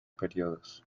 períodos